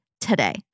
today